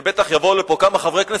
ובטח יבואו לפה כמה חברי כנסת,